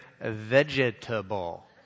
vegetable